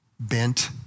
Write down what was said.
bent